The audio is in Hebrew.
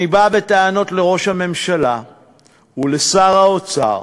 אני בא בטענות לראש הממשלה ולשר האוצר